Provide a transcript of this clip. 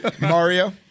Mario